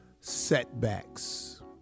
setbacks